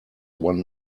one